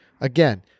again